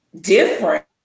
different